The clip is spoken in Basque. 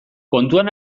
kontuan